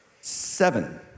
seven